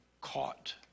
caught